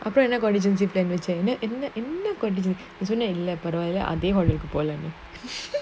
அப்புறம்:apuram contingency plan இல்லபரவால்லஅதேபோலாம்னு:illa paravala adhe polamnu